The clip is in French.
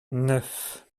neuf